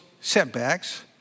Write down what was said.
setbacks